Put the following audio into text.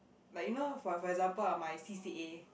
like you know for for example ah my C_C_A